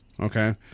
Okay